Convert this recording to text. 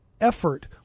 Effort